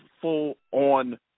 full-on